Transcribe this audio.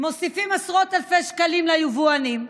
מוסיפים עשרות אלפי שקלים ליבואנים,